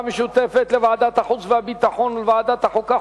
המשותפת לוועדת החוץ והביטחון ולוועדת החוקה,